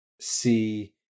see